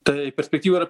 tai perspektyvų yra